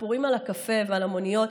הסיפורים על הקפה ועל המוניות,